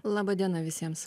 laba diena visiems